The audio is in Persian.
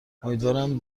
امیدوارم